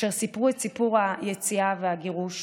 אשר סיפרו את סיפור היציאה והגירוש,